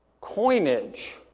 coinage